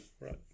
Right